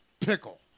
Pickle